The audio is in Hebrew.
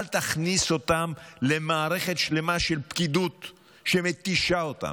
אל תכניס אותם למערכת שלמה של פקידות שמתישה אותם.